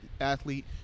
athlete